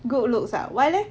good looks ah why leh